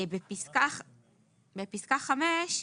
בפסקה (5)